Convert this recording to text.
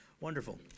Wonderful